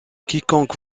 quiconque